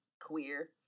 queer